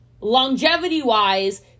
longevity-wise